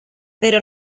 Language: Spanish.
pero